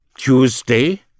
Tuesday